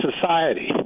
society